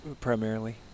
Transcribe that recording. primarily